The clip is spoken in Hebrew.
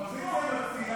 תספור.